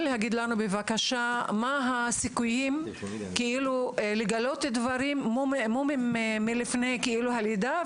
מה הסיכויים לגלות מומים לפני הלידה,